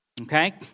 okay